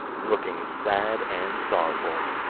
looking sad and sorrowful.